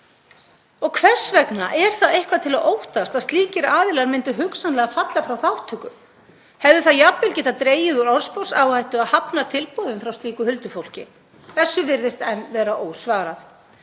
Og hvers vegna er það eitthvað til að óttast að slíkir aðilar myndu hugsanlega falla frá þátttöku? Hefði það jafnvel getað dregið úr orðsporsáhættu að hafna tilboðum frá slíku huldufólki? Þessu virðist enn vera ósvarað.